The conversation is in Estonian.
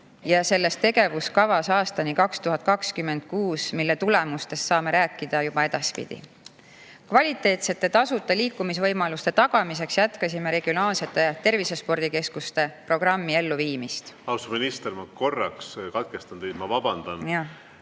tegevuskava aastani 2026, mille tulemustest saame rääkida juba edaspidi. Kvaliteetsete tasuta liikumisvõimaluste tagamiseks jätkasime regionaalsete tervisespordikeskuste programmi elluviimist. Austatud minister, ma korraks katkestan teid.